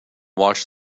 watched